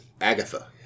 Agatha